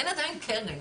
אין עדיין קרן.